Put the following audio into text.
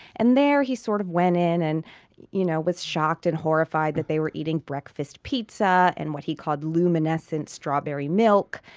and there he sort of went in and you know was shocked and horrified that they were eating breakfast pizza and what he called luminescent strawberry milk.